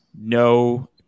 no